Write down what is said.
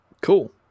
Cool